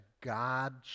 God